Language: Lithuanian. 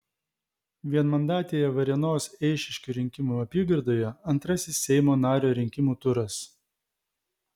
vienmandatėje varėnos eišiškių rinkimų apygardoje antrasis seimo nario rinkimų turas